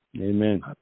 Amen